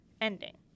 ending